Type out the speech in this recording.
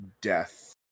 death